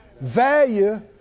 value